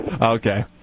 Okay